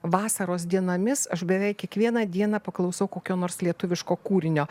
vasaros dienomis aš beveik kiekvieną dieną paklausau kokio nors lietuviško kūrinio